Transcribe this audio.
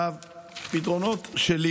הפתרונות שלי